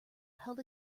held